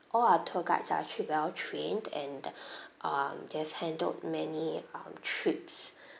all our tour guides are actually well trained and the um they've just handled many um trips